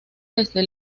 desde